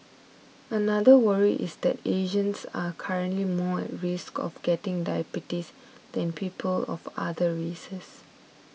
another worry is that Asians are currently more at risk of getting diabetes than people of other races